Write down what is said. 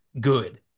good